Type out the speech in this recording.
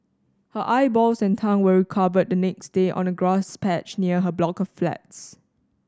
her eyeballs and tongue were recovered the next day on a grass patch near her block of flats